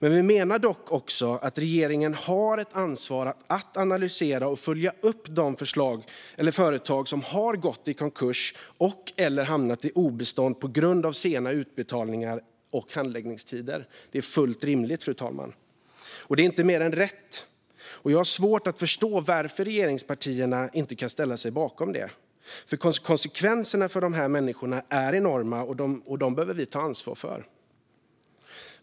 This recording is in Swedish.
Dock menar vi också att regeringen har ett ansvar att analysera och följa upp de företag som har gått i konkurs eller hamnat på obestånd på grund av sena utbetalningar och handläggningstider. Det är fullt rimligt, fru talman. Det är inte mer än rätt, och jag har svårt att förstå varför regeringspartierna inte kan ställa sig bakom det. Konsekvenserna för de här människorna är enorma, och dem behöver vi ta ansvar för.